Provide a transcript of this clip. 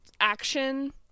action